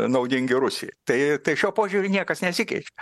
naudingi rusijai tai tai šiuo požiūriu niekas nesikeičia